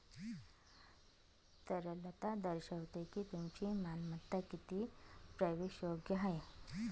तरलता दर्शवते की तुमची मालमत्ता किती प्रवेशयोग्य आहे